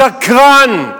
שקרן, שקרן